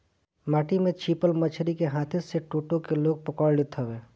माटी में छिपल मछरी के हाथे से टो टो के लोग पकड़ लेत हवे